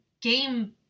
Game